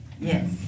Yes